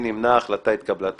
הצבעה בעד, 4 נגד, אין נמנעים, 1